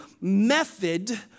method